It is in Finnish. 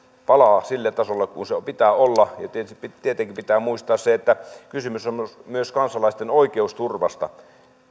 palaa sille tasolle millä sen pitää olla tietenkin pitää muistaa se että kysymys on on myös kansalaisten oikeusturvasta